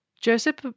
Joseph